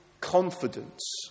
confidence